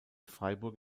freiburg